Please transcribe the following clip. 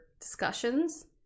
discussions